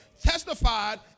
testified